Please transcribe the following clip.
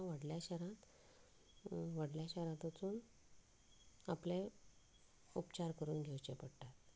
तांकां व्हडल्या शारांत व्हडल्या शारांत वचून आपले उपचार करून घेवचे पडटात